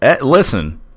Listen